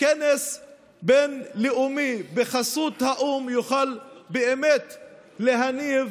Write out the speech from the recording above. כנס בין-לאומי בחסות האו"ם יוכל באמת להניב